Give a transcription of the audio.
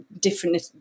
different